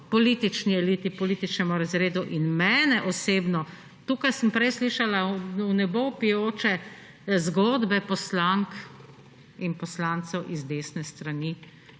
politični eliti, političnemu razredu in mene osebno to, kar sem prej slišala v nebo vpijoče zgodbe poslank in poslancev z desne strani,